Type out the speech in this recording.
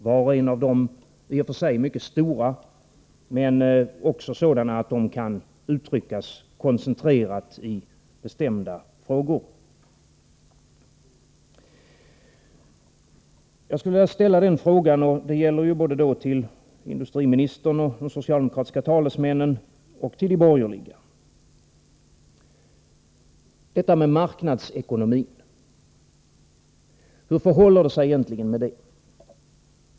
Var och en av dem är i och för sig mycket stor, men de är också sådana att de kan uttryckas koncentrerat i bestämda frågor. Jag skulle vilja börja med att ställa denna fråga till industriministern, de socialdemokratiska talesmännen och till de borgerliga: Hur förhåller det sig egentligen med marknadsekonomin?